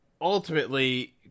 ultimately